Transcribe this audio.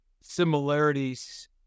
similarities